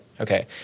Okay